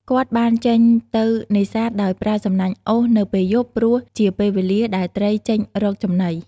គាត់បានចេញទៅនេសាទដោយប្រើសំណាញ់អូសនៅពេលយប់ ព្រោះជាពេលវេលាដែលត្រីចេញរកចំណី។